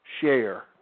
share